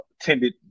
attended